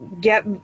get